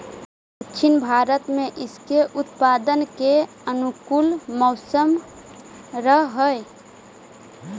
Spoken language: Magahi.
दक्षिण भारत में इसके उत्पादन के अनुकूल मौसम रहअ हई